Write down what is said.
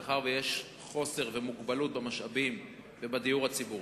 מאחר שיש חוסר ומוגבלות במשאבים ובדיור הציבורי,